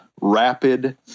rapid